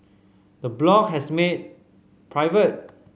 the blog has made private